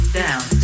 down